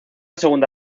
segunda